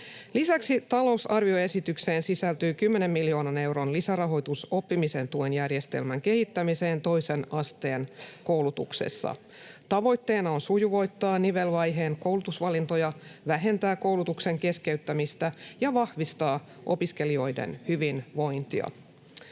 Lisäksi talousarvioesitykseen sisältyy 10 miljoonan euron lisärahoitus oppimisen tuen järjestelmän kehittämiseen toisen asteen koulutuksessa. Tavoitteena on sujuvoittaa nivelvaiheen koulutusvalintoja, vähentää koulutuksen keskeyttämistä ja vahvistaa opiskelijoiden hyvinvointia.